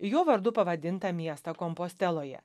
jo vardu pavadintą miestą komposteloje